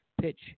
pitch